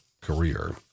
career